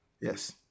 Yes